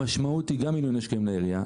המשמעות היא גם מיליוני שקלים לעירייה,